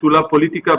נטולת פוליטיקה,